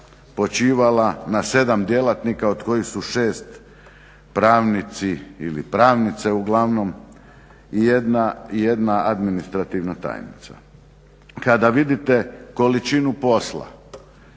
počivala na 7 djelatnika od kojih su 6 pravnici ili pravnici, uglavnom i jedna administrativna tajnica. Kada vidite količinu posla,